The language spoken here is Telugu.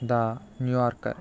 the New Yorker